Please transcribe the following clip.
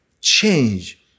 change